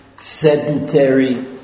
sedentary